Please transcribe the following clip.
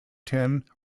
ten